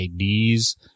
IDs